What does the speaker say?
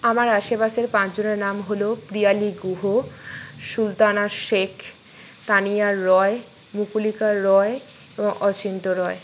আমার আশেপাশের পাঁচজনের নাম হল প্রিয়ালি গুহ সুলতানা শেখ তানিয়া রয় মুকুলিকা রয় এবং অচিন্ত রয়